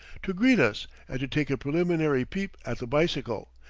to greet us and to take a preliminary peep at the bicycle,